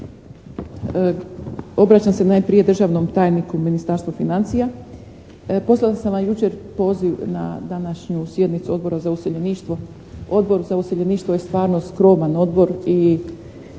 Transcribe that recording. obraćam se najprije državnom tajniku Ministarstva financija. Poslala sam vam jučer poziv na današnju sjednicu Odbora za useljeništvo. Odbor za useljeništvo je stvarno skroman odbor